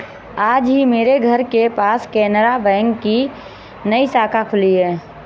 आज ही मेरे घर के पास केनरा बैंक की नई शाखा खुली है